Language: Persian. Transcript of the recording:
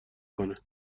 کنه